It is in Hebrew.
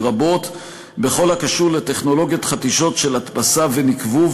לרבות בכל הקשור לטכנולוגיות חדישות של הדפסה ונקבוב,